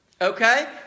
Okay